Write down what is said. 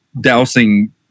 dousing